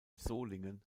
solingen